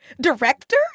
director